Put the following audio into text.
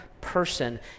person